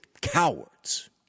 cowards